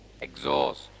exhaust